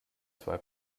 zwei